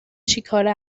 چیکاره